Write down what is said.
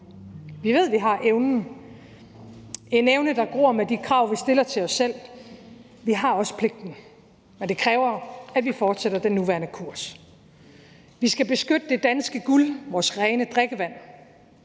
Vi ved, at vi har evnen – en evne, der gror med de krav, vi stiller til os selv. Vi har også pligten. Men det kræver, at vi fortsætter den nuværende kurs. Vi skal beskytte det danske guld, vores rene drikkevand;